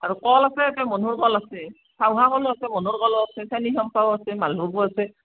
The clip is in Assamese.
আৰু কল আছে একে মনোহৰ কল আছে কলো আছে মনোহৰ কলো আছে চেনিচম্পাও আছে মালভোগো আছে